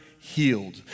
healed